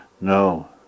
No